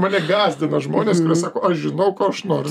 mane gąsdina žmonės sako aš žinau ko aš noriu